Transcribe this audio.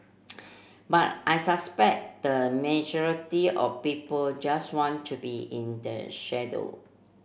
but I suspect the majority of people just want to be in the shadow